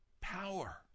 power